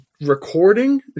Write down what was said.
recording